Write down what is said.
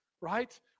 right